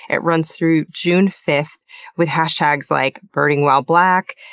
it runs through june fifth with hashtags like birdingwhileblack,